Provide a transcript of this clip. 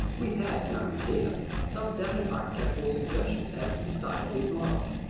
we have in our museums some definite architectural suggestions as to the style of these models.